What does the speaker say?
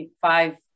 five